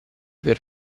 per